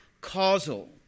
causal